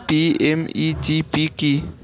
PMEGP কি?